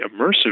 immersive